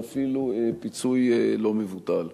ואפילו פיצוי לא מבוטל.